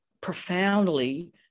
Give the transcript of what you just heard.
profoundly